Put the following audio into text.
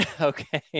Okay